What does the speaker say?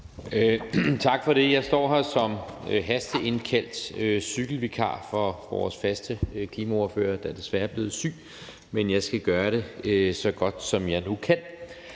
Tak for det. Jeg står her som hasteindkaldt cykelvikar for vores faste klimaordfører, der desværre er blevet syg, men jeg skal gøre det så godt, som jeg nu kan.